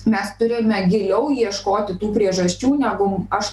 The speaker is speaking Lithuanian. mes turime giliau ieškoti tų priežasčių negu aš